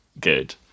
good